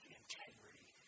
integrity